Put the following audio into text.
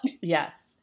Yes